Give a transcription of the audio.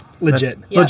Legit